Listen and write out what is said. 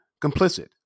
complicit